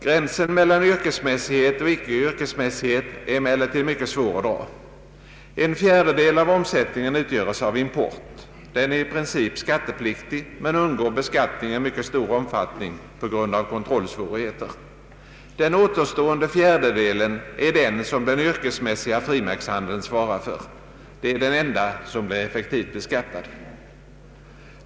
Gränsen mellan yrkesmässighet och icke yrkesmässighet är emellertid mycket svår att dra. En fjärdedel av omsättningen utgörs av import. Den är i princip skattepliktig men undgår beskattning i mycket stor omfattning på grund av kontrollsvårigheter. Den återstående fjärdedelen är den som den yrkesmässiga frimärkshandeln svarar för. Det är den enda som blir effektivt beskattad.